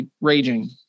raging